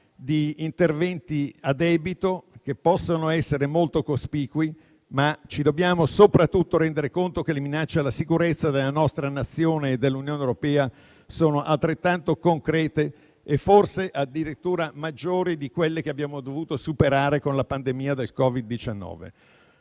di interventi a debito che possono essere molto cospicui, ma ci dobbiamo soprattutto rendere conto che le minacce alla sicurezza della nostra Nazione e dell'Unione europea sono altrettanto concrete e forse addirittura maggiori di quelle che abbiamo dovuto superare con la pandemia del Covid-19.